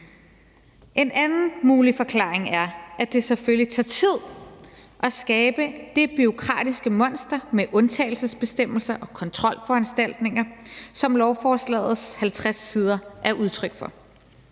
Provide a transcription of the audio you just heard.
En anden mulig forklaring er, at det selvfølgelig tager tid at skabe det bureaukratiske monster med undtagelsesbestemmelser og kontrolforanstaltninger, som lovforslagets 50 sider er udtryk for.